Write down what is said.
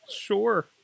sure